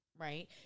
Right